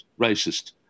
racist